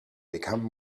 become